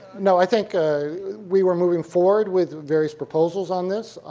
no, i think ah we were moving forward with various proposals on this,